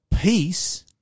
peace